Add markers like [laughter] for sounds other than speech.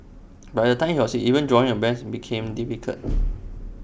by the time he was six even drawing A breath became difficult [noise]